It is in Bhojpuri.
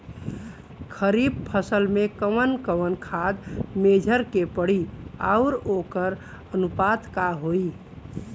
खरीफ फसल में कवन कवन खाद्य मेझर के पड़ी अउर वोकर अनुपात का होई?